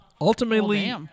Ultimately